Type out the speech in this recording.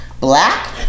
Black